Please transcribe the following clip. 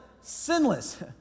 sinless